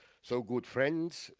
so good friends,